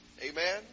Amen